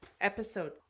episode